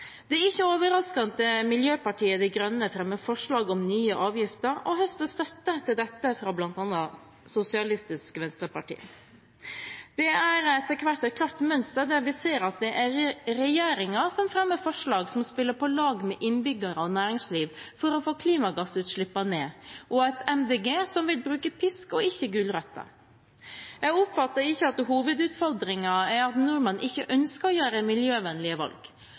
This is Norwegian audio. Det er ikke overraskende at Miljøpartiet De Grønne fremmer forslag om nye avgifter og høster støtte til dette fra bl.a. Sosialistisk Venstreparti. Det er etter hvert et klart mønster der vi ser at det er regjeringen som fremmer forslag som spiller på lag med innbyggere og næringsliv for å få klimagassutslippene ned, og et MDG som vil bruke pisk og ikke gulrøtter. Jeg oppfatter ikke at hovedutfordringen er at nordmenn ikke ønsker å gjøre miljøvennlige valg.